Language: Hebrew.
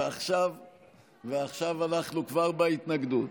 עכשיו אנחנו כבר בהתנגדות.